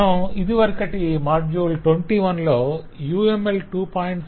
మనం ఇదివరకటి మాడ్యూల్ 21 లో UML2